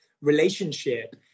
relationship